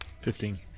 Fifteen